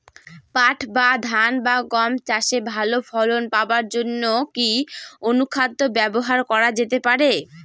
পাট বা ধান বা গম চাষে ভালো ফলন পাবার জন কি অনুখাদ্য ব্যবহার করা যেতে পারে?